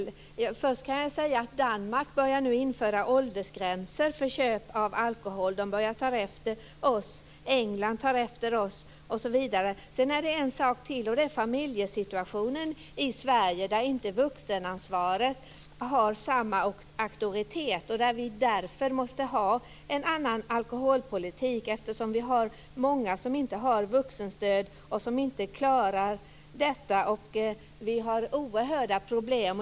Jag vill först peka på att Danmark nu tar efter oss och börjar införa åldersgränser för köp av alkohol. Även bl.a. England tar efter oss. Det är en sak till, familjesituationen i Sverige är sådan att vuxenansvaret inte har tillräcklig auktoritet. Vi måste alltså ha en annan alkoholpolitik, eftersom vi har många som inte har något vuxenstöd och som inte klarar alkoholen. Vi har oerhörda problem.